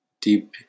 Deep